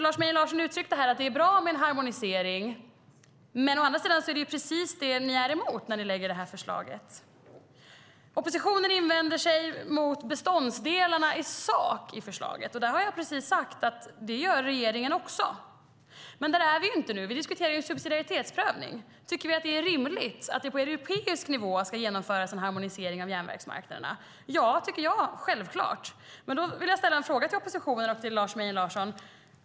Lars Mejern Larsson uttryckte här att det är bra med en harmonisering. Men å andra sidan är det precis det som ni är emot när ni lägger fram detta förslag. Oppositionen invänder mot beståndsdelarna i sak i förslaget. Där har jag precis sagt att regeringen också gör det. Men där är vi inte nu. Vi diskuterar subsidiaritetsprövning. Tycker vi att det är rimligt att det på europeisk nivå ska genomföras en harmonisering av järnvägsmarknaderna? Jag tycker självklart att vi ska göra det. Då vill jag ställa en fråga till oppositionen och till Lars Mejern Larsson.